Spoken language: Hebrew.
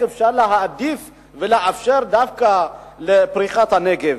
אפשר להעדיף ולאפשר דווקא את פריחת הנגב.